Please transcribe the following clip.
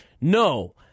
No